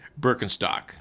Birkenstock